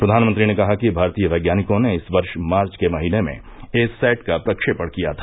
प्रधानमंत्री ने कहा कि भारतीय वैज्ञानिकों ने इस वर्ष मार्च के महीने में ए सैट का प्रक्षेपण किया था